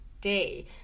Day